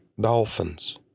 dolphins